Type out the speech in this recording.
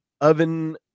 oven